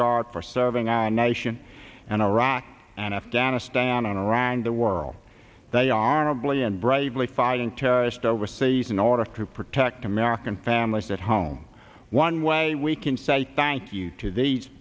guard for serving our nation and iraq and afghanistan and around the world they are a bully and bravely fighting terrorist overseas in order to protect american families at home one way we can say thank you to the